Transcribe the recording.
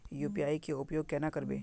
UPI के उपयोग केना करबे?